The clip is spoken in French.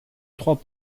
trois